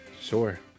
Sure